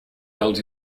held